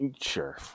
Sure